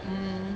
mm